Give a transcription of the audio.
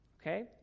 okay